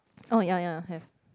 oh ya ya have